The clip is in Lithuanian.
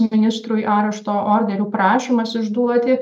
ministrui arešto orderių prašymas išduoti